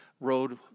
Road